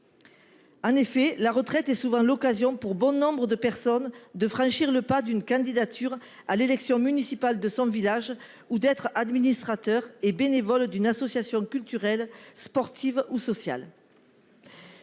En effet, la retraite est l'occasion pour bon nombre de personnes de franchir le pas d'une candidature à l'élection municipale de leur village ou d'être administrateur et bénévole d'une association culturelle, sportive ou sociale.